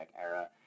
era